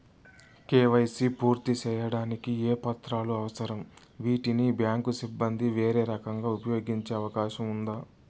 KYC పూర్తి సేయడానికి ఏ పత్రాలు అవసరం, వీటిని బ్యాంకు సిబ్బంది వేరే రకంగా ఉపయోగించే అవకాశం ఉందా?